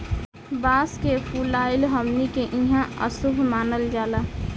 बांस के फुलाइल हमनी के इहां अशुभ मानल जाला